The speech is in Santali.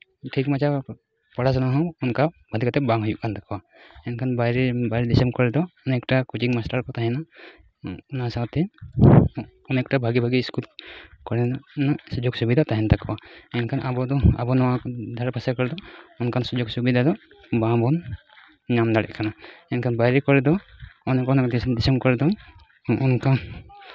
ᱴᱷᱤᱠ ᱢᱟᱪᱷᱟ ᱯᱚᱲᱟᱥᱩᱱᱟ ᱦᱚᱸ ᱚᱱᱠᱟ ᱵᱟᱝ ᱦᱩᱭᱩᱜ ᱠᱟᱱ ᱛᱟᱠᱚᱣᱟ ᱮᱱᱠᱷᱟᱱ ᱵᱟᱭᱨᱮ ᱵᱟᱭᱨᱮ ᱫᱤᱥᱚᱢ ᱠᱚᱨᱮ ᱫᱚ ᱚᱱᱮᱠᱴᱟ ᱠᱳᱪᱤᱝ ᱢᱟᱥᱴᱟᱨ ᱠᱚ ᱛᱟᱦᱮᱱᱟ ᱚᱱᱟ ᱥᱟᱶᱛᱮ ᱚᱱᱮᱠᱴᱟ ᱵᱷᱟᱜᱮ ᱵᱷᱟᱜᱮ ᱤᱥᱠᱩᱞ ᱠᱚᱨᱮᱱᱟᱜ ᱥᱩᱡᱳᱜᱽ ᱥᱩᱵᱤᱫᱷᱟ ᱛᱟᱦᱮᱱ ᱛᱟᱠᱚᱣᱟ ᱮᱱᱠᱷᱟᱱ ᱟᱵᱚ ᱫᱚ ᱟᱵᱚ ᱱᱚᱣᱟ ᱫᱷᱟᱨᱮ ᱯᱟᱥᱮ ᱠᱚᱨᱮ ᱫᱚ ᱚᱱᱠᱟᱱ ᱥᱩᱡᱳᱜᱽ ᱥᱩᱵᱤᱫᱷᱟ ᱫᱚ ᱵᱟᱝᱵᱚᱱ ᱧᱟᱢ ᱫᱟᱲᱮᱜ ᱠᱟᱱᱟ ᱮᱱᱠᱷᱟᱱ ᱵᱟᱭᱨᱮ ᱠᱚᱨᱮᱜ ᱫᱚ ᱚᱱ ᱚᱱᱠᱟᱱᱟᱜ ᱫᱤᱥᱚᱢ ᱠᱚᱨᱮ ᱫᱚ ᱱᱚᱜᱼᱚᱝᱠᱟ